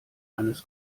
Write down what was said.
eines